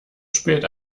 spät